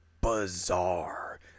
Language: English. bizarre